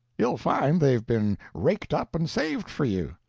you'll find they've been raked up and saved for you.